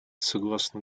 согласно